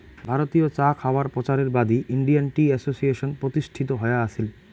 ভারতীয় চা খাওয়ায় প্রচারের বাদী ইন্ডিয়ান টি অ্যাসোসিয়েশন প্রতিষ্ঠিত হয়া আছিল